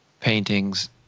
paintings